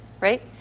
right